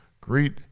Greet